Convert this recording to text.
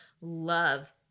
love